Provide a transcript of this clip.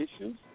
issues